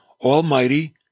almighty